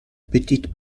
petite